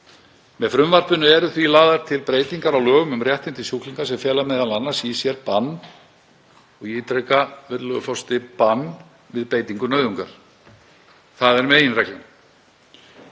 Með frumvarpinu eru því lagðar til breytingar á lögum um réttindi sjúklinga sem fela meðal annars í sér bann — og ég ítreka, virðulegur forseti: bann — við beitingu nauðungar. Það er meginreglan.